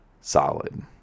solid